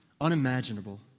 unimaginable